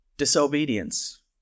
disobedience